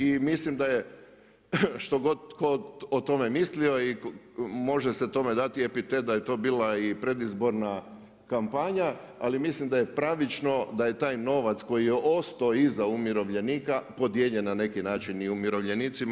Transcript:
I mislim da je, što god tko o tome mislio i može se tome dati epitet da je to bila i predizborna kampanja ali mislim da je pravično da je taj novac koji je ostao iza umirovljenika podijeljen na neki način i umirovljenicima.